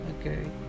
Okay